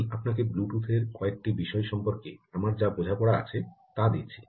আমি আপনাকে ব্লুটুথের কয়েকটি বিষয় সম্পর্কে আমার যা বোঝাপড়া আছে তা দিচ্ছি